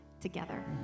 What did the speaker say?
together